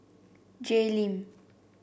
Jay Lim